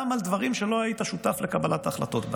גם על דברים שלא היית שותף לקבלת ההחלטות בהם.